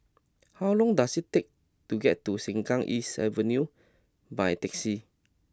how long does it take to get to Sengkang East Avenue by taxi